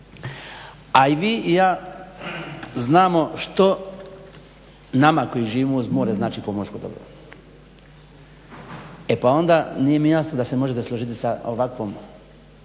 A i vi i ja znamo što nama koji živimo uz more znači pomorsko dobro, e pa onda nije mi jasno da se možete složiti sa ovakvom